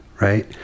right